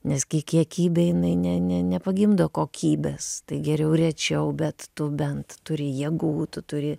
nes gi kiekybė jinai ne ne nepagimdo kokybės tai geriau rečiau bet tu bent turi jėgų tu turi